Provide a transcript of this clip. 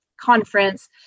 conference